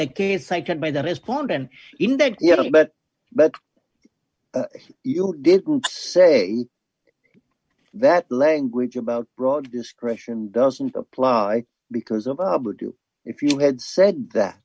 that case i can buy that his bond and even that little bit but you did say that language about broad discretion doesn't apply because of if you had said that